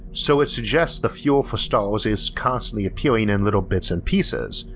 so it suggest the fuel for stars is constantly appearing in little bits and pieces,